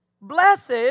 Blessed